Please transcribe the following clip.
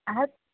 હા